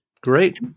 Great